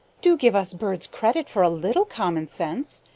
do give us birds credit for a little common sense.